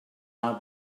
are